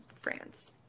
France